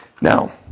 Now